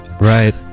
Right